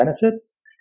benefits